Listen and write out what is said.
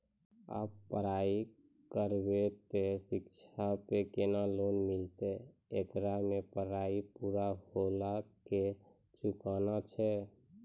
आप पराई करेव ते शिक्षा पे केना लोन मिलते येकर मे पराई पुरा होला के चुकाना छै?